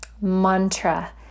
mantra